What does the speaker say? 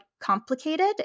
complicated